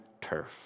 turf